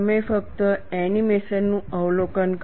તમે ફક્ત એનિમેશન નું અવલોકન કરો